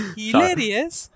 hilarious